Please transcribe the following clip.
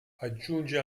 aggiunge